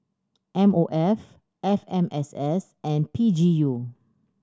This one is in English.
M O F F M S S and P G U